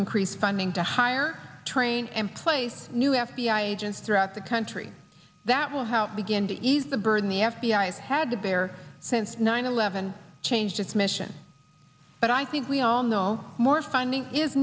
increase funding to hire train and place new f b i agents throughout the country that will help begin to ease the burden the f b i has had to bear since nine eleven changed its mission but i think we all know more funding is